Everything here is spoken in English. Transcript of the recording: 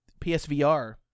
psvr